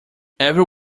every